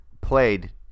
Played